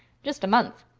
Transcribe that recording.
just a month.